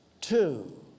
two